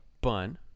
bun